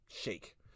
shake